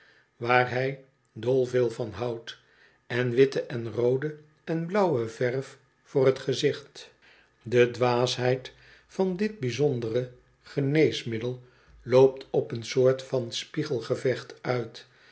waar hij dol veel van houdt en witte en roode en blauwe verf voor t gezicht de dwaasheid van dit bijzondere geneesmiddel loopt op een soort van spiegelgevecht uit